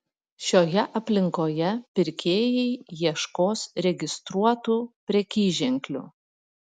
šioje aplinkoje pirkėjai ieškos registruotų prekyženklių